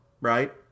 right